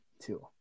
Two